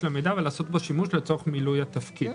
לגשת למידע ולעשות בו שימוש לצורך מילוי התפקיד.